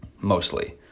mostly